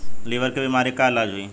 Liver के बीमारी के का इलाज होई?